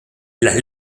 las